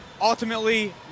Ultimately